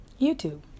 YouTube